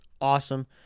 awesome